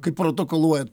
kaip protokoluojat